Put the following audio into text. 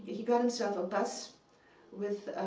he got himself a bus with